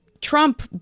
Trump